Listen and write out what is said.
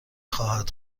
خواهد